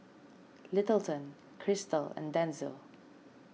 Littleton Crystal and Denzil